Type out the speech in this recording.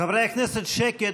חברי הכנסת, שקט.